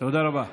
תודה רבה.